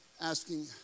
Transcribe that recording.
asking